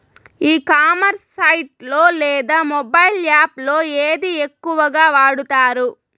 ఈ commerce site లో లేదా మొబైల్ యాప్ లో ఏది ఎక్కువగా వాడుతారు?